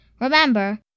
Remember